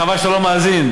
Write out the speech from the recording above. חבל שאתה לא מאזין.